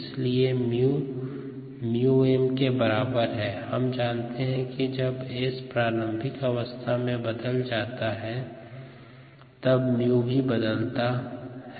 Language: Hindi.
इसलिए 𝜇 𝜇 m के बराबर है हम जानते है कि जब S प्रारंभिक अवस्था में बदल जाता है तब 𝜇 भी बदलता है